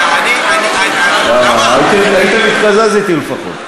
היית מתקזז אתי לפחות.